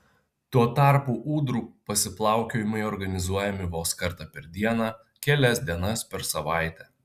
tuo tarpu ūdrų pasiplaukiojimai organizuojami vos kartą per dieną kelias dienas per savaitę